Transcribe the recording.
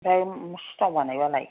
ओमफ्राय सिथाव बानायब्लाय